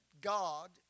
God